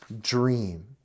dream